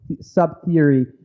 sub-theory